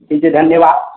ठीक छै धन्यवाद